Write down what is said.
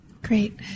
great